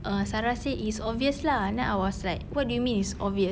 err sarah said it's obvious lah and then I was like what do you mean it's obvious